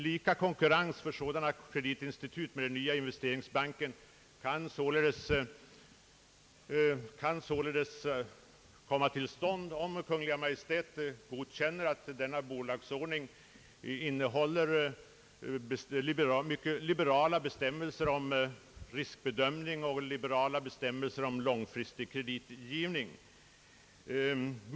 Lika konkurrens för sådana kreditinstitut med den nya investeringsbanken är således beroende av om Kungl. Maj:t godkänner att bolagsordningen innehåller liberala bestämmelser om riskbedömning och om långfristig kreditgivning.